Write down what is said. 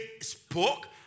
spoke